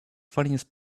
funniest